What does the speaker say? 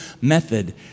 method